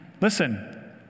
Listen